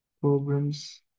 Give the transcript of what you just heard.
programs